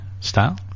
style